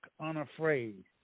unafraid